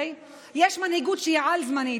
יש מנהיגות שהיא על-זמנית.